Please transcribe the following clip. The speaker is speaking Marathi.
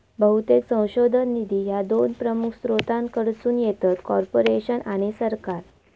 बहुतेक संशोधन निधी ह्या दोन प्रमुख स्त्रोतांकडसून येतत, कॉर्पोरेशन आणि सरकार